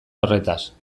horretaz